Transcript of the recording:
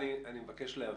אני מבקש להבין.